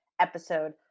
episode